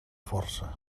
força